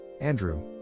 Andrew